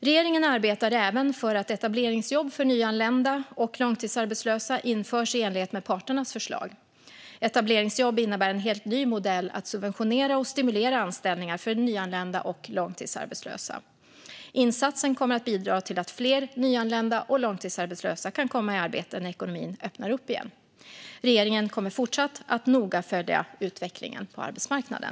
Regeringen arbetar även för att etableringsjobb för nyanlända och långtidsarbetslösa ska införas i enlighet med parternas förslag. Etableringsjobb innebär en helt ny modell att subventionera och stimulera anställningar för nyanlända och långtidsarbetslösa. Insatsen kommer att bidra till att fler nyanlända och långtidsarbetslösa kan komma i arbete när ekonomin öppnar upp igen. Regeringen kommer fortsatt att noga följa utvecklingen på arbetsmarknaden.